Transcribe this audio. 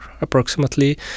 approximately